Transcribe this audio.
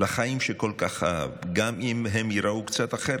לחיים שכל כך אהב, גם אם הם ייראו קצת אחרת.